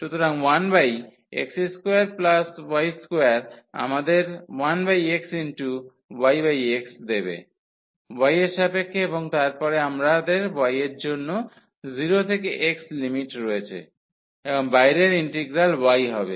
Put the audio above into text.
সুতরাং 1x2y2 আমাদের 1xyx দেবে y এর সাপেক্ষে এবং তারপরে আমাদের y এর জন্য 0 থেকে x লিমিট রেয়েছে এবং বাইরের ইন্টিগ্রাল x হবে